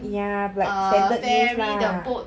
ya like standard use lah